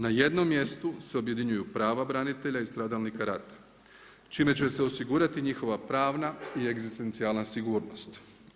Na jednom mjestu se objedinjuju prava branitelja i stradalnika rata čime će se osigurati njihova pravna i egzistencijalna sigurnost.